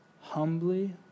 humbly